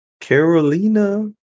Carolina